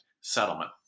settlement